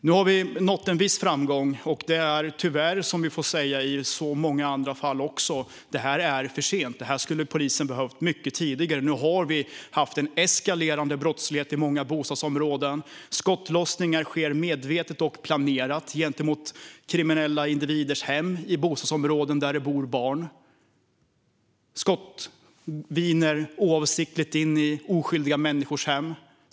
Nu har vi nått en viss framgång. Som vi måste säga i många andra fall kommer detta tyvärr för sent. Detta skulle polisen ha haft mycket tidigare. I många bostadsområden har det varit en eskalerande brottslighet. Skottlossningar sker medvetet och planerat gentemot kriminella individers hem i bostadsområden där barn bor. Skott viner oavsiktligt in i oskyldiga människors hem.